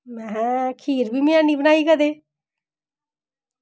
में हे खीर बी लेई आह्ननी आं बनाइयै ते